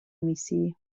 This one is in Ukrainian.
місії